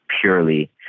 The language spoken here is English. purely